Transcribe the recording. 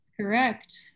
Correct